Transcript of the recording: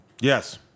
Yes